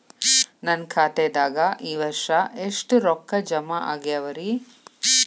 ನನ್ನ ಖಾತೆದಾಗ ಈ ವರ್ಷ ಎಷ್ಟು ರೊಕ್ಕ ಜಮಾ ಆಗ್ಯಾವರಿ?